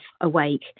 awake